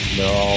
no